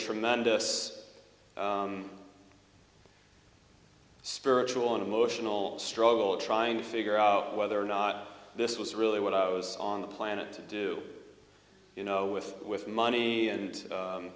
tremendous spiritual and emotional struggle trying to figure out whether or not this was really what i was on the planet to do you know with with money and